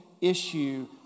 issue